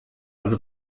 als